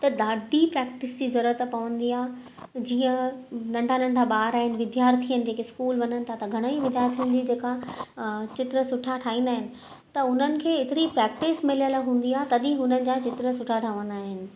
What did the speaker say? त ॾाढी प्रैक्टिस जी ज़रूरत पवंदी आहे जीअं नंढा नंढा ॿार आहिनि विद्यार्थी आहिनि जेके स्कूल वञनि था त घणे ई विद्यार्थी जी जेका चित्र सुठा ठाहींदा आहिनि त उन्हनि खे एतिरी प्रैक्टिस मिलियल हूंदी आहे तॾहिं हुनन जा चित्र सुठा ठहंदा आहिनि